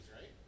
right